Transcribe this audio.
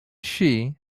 shi